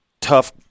tough